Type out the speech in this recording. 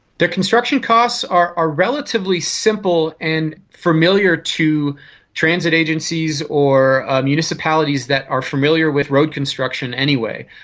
the construction costs are are relatively simple and familiar to transit agencies or municipalities that are familiar with road construction anyway.